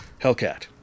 Hellcat